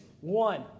One